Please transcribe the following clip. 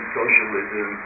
socialism